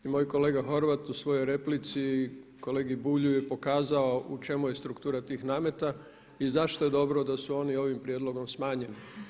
I moj kolega Horvat u svojoj replici kolegi Bulju je pokazao u čemu je struktura tih nameta i zašto je dobro da su oni ovim prijedlogom smanjeni.